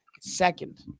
Second